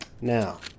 Now